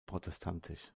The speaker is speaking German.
protestantisch